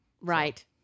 Right